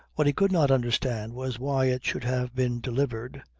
what he could not understand was why it should have been delivered,